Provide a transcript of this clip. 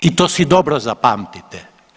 I to su dobro zapamtite.